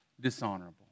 dishonorable